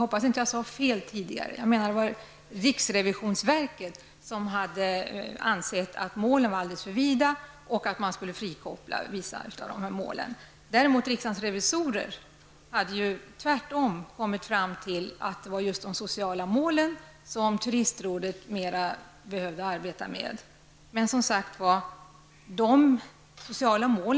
Riksdagens revisorer ansåg ju tvärtom att turistrådet mera skulle arbeta med de sociala målen.